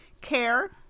CARE